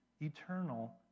eternal